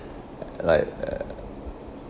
like uh